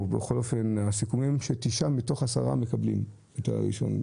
הסיכומים שתשעה מתוך עשרה מקבלים את הרישיון,